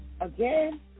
again